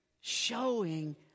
showing